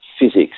physics